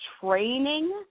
training